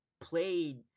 played